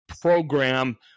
program